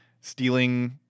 stealing